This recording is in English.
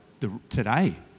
today